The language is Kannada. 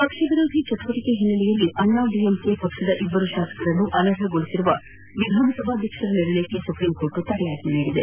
ಪಕ್ಷ ವಿರೋಧಿ ಚಟುವಟಿಕೆ ಹಿನ್ನೆಲೆ ಅಣ್ಣಾ ದಿಎಂಕೆ ಇಬ್ಬರ ಶಾಸಕರನ್ನು ಅನರ್ಹಗೊಳಿಸಿರುವ ವಿಧಾನಸಭಾ ಅಧ್ಯಕ್ಷರ ನಿರ್ಣಯಕ್ಕೆ ಸುಪ್ರೀಂಕೋರ್ಟ್ ತಡೆಯಾಜ್ಞೆ ನೀಡಿದೆ